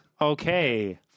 okay